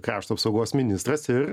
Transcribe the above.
krašto apsaugos ministras ir